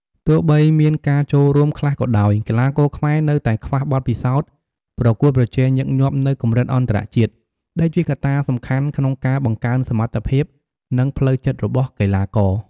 ទោះបីមានការចូលរួមខ្លះក៏ដោយ កីឡាករខ្មែរនៅតែខ្វះបទពិសោធន៍ប្រកួតប្រជែងញឹកញាប់នៅកម្រិតអន្តរជាតិ ដែលជាកត្តាសំខាន់ក្នុងការបង្កើនសមត្ថភាព និងផ្លូវចិត្តរបស់កីឡាករ ។